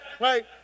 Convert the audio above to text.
Right